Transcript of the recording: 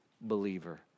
believer